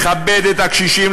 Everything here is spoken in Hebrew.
לכבד את הקשישים,